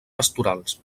pastorals